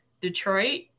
detroit